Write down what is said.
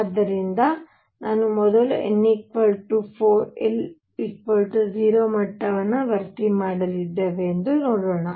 ಆದ್ದರಿಂದ ಈಗ ನಾವು ಮೊದಲು n 4 l 0 ಮಟ್ಟವನ್ನು ಭರ್ತಿ ಮಾಡಲಿದ್ದೇವೆ ಎಂದು ನೋಡೋಣ